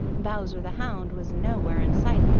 bowser the hound was nowhere in sight,